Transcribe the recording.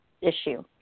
issue